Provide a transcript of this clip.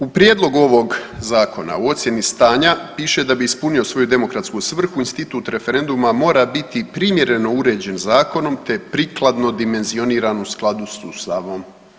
U Prijedlogu ovog Zakona u ocijeni stanja piše da bi ispunio svoju demokratsku svrhu institut referenduma mora biti primjereno uređen zakonom te prikladno dimenzioniran u skladu s Ustavom.